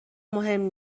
مهم